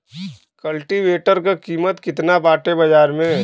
कल्टी वेटर क कीमत केतना बाटे बाजार में?